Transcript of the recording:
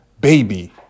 baby